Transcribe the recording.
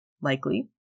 likely